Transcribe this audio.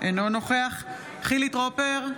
אינו נוכח חילי טרופר,